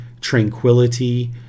tranquility